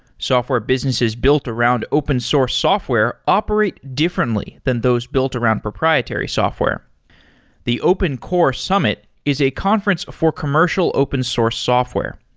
software businesses built around open source software operate differently than those built around proprietary software the open core summit is a conference for commercial open source software.